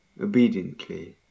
obediently